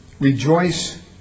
Rejoice